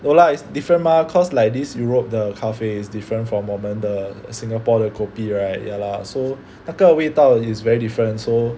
no lah it's different mah cause like this Europe the 咖啡 is different from 我们的 Singapore 的 kopi right ya lah so 那个味道 is very different so